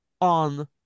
on